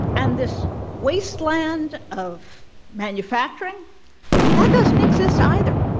and this wasteland of manufacturing that doesn't exist either.